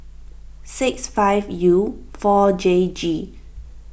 six five U four J G